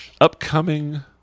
upcoming